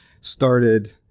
started